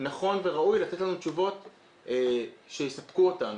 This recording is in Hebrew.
שנכון וראוי לתת לנו תשובות שיספקו אותנו.